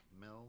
Mel